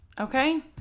Okay